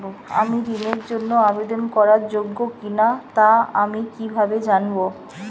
আমি ঋণের জন্য আবেদন করার যোগ্য কিনা তা আমি কীভাবে জানব?